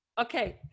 okay